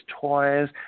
toys